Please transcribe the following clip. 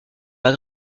pas